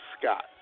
Scott